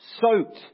soaked